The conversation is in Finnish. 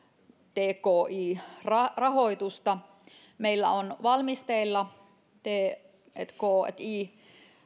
tki rahoitusta meillä on valmisteilla tki